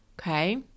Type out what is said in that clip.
Okay